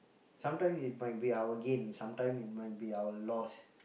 sometimes it might be our gain sometimes it might be our loss